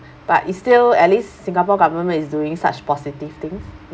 but it's still at least singapore government is doing such positive things